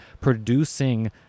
producing